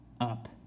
up